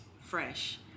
Fresh